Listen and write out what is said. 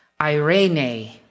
irene